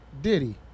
Diddy